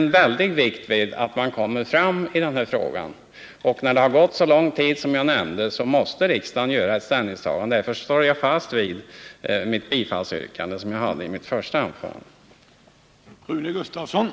Jag lägger stor vikt vid att vi kommer framåt i denna fråga. När det har gått så lång tid som jag nämnde måste riksdagen göra ett ställningstagande. Därför står jag fast vid det bifallsyrkande som jag framförde i mitt första anförande.